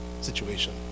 situation